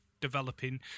developing